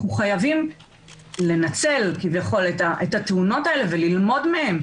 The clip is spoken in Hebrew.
אנחנו חייבים לנצל כביכול את התאונות וללמוד מהן,